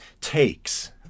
takes